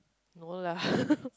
no lah